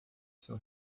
seu